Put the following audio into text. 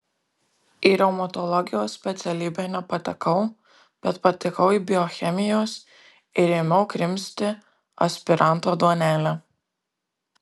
į reumatologijos specialybę nepatekau bet patekau į biochemijos ir ėmiau krimsti aspiranto duonelę